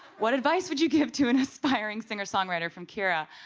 what advice would you give to an aspiring singer-songwriter? from kira.